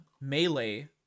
Melee